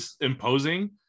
imposing